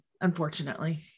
unfortunately